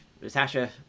Natasha